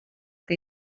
que